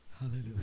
hallelujah